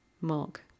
Mark